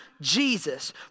Jesus